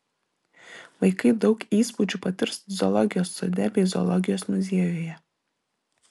vaikai daug įspūdžių patirs zoologijos sode bei zoologijos muziejuje